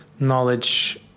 Knowledge